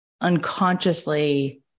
Unconsciously